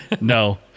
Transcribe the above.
No